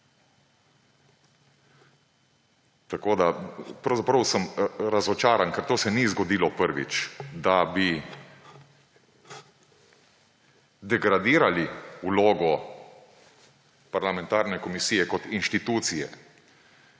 organe. Pravzaprav sem razočaran, ker to se ni zgodilo prvič, da bi degradirali vlogo parlamentarne komisije kot inštitucije,